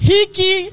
Hiki